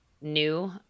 new